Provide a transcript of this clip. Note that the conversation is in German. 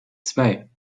zwei